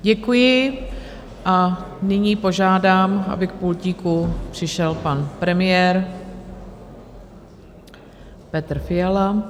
Děkuji a nyní požádám, aby k pultíku přišel pan premiér Petr Fiala.